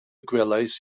gwelais